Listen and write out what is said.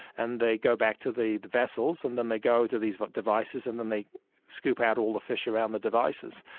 and they go back to the vessels, and then they go to these but devices and then they scoop out all the fish around the devices.